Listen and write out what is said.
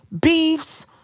beefs